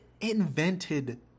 invented